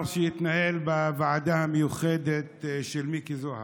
שהתנהל בוועדה המיוחדת של מיקי זוהר.